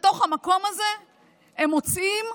בתוך המקום הזה הם מוצאים,